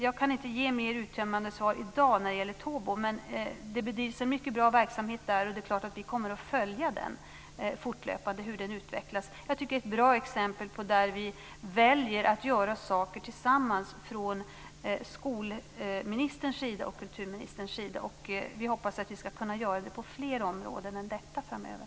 Jag kan inte ge något mer uttömmande svar i dag när det gäller Tobo. Det bedrivs dock en mycket bra verksamhet där, och det är klart att vi fortlöpande kommer att följa hur den utvecklas. Jag tycker att detta är ett bra exempel där vi väljer att göra saker tillsammans från skolministerns sida och kulturministerns sida. Vi hoppas att vi ska kunna göra det på fler områden än detta framöver.